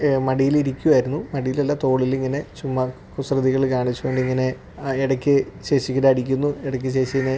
മടിയിൽ ഇരിക്കുവായിരുന്നു മടിയിലല്ല തോളിലിങ്ങനെ ചുമ്മാ കുസൃതികള് കാണിച്ചുകൊണ്ടിങ്ങനെ ആ ഇടയ്ക്ക് ചേച്ചിക്കിട്ട് അടിക്കുന്നു ഇടയ്ക്ക് ചേച്ചീനെ